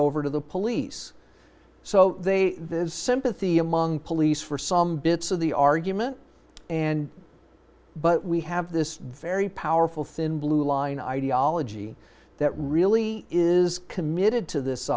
over to the police so they this sympathy among police for some bits of the argument and but we have this very powerful thin blue line ideology that really is committed to this